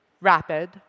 rapid